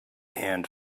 and